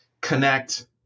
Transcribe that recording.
connect